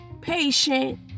patient